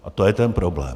A to je ten problém.